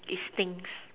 it stinks